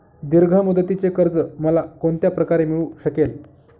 दीर्घ मुदतीचे कर्ज मला कोणत्या प्रकारे मिळू शकेल?